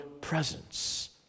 presence